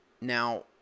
Now